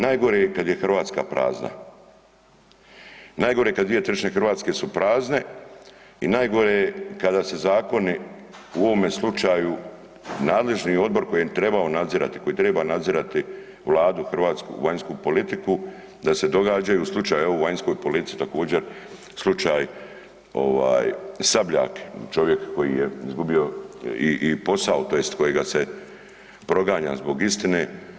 Najgore je kad je Hrvatska prazna, najgore je kad 2/3 Hrvatske su prazne i najgore je kada se zakoni u ovome slučaju nadležni odbor koji je trebao nadzirati, koji treba nadzirati Vladu hrvatsku, vanjsku politiku da se događaju slučajevi evo u vanjskoj politici također slučaj ovaj Sabljak, čovjek koji je izgubio posao tj. kojega se proganja zbog istine.